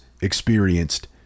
experienced